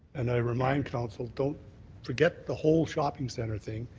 and i remind council don't forget the whole shopping centre thing,